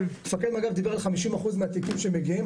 מפקד מג"ב דיבר על 50% מהתיקים שמגיעים,